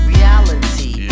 Reality